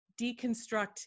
deconstruct